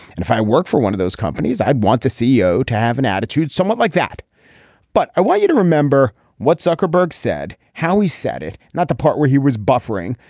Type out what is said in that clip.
and if i work for one of those companies i'd want the ceo to have an attitude somewhat like that but i want you to remember what zuckerberg said how he said it not the part where he was buffering.